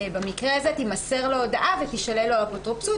במקרה הזה תימסר לו הודעה ותישלל לו האפוטרופסות